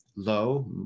low